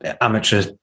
amateur